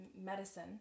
medicine